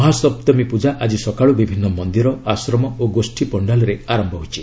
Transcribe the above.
ମହାସପ୍ତମୀ ପ୍ରଜା ଆଜି ସକାଳୁ ବିଭିନ୍ନ ମନ୍ଦିର ଆଶ୍ରମ ଓ ଗୋଷ୍ଠୀ ପଣ୍ଡାଲ୍ରେ ଆରମ୍ଭ ହୋଇଛି